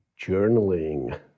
journaling